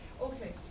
Okay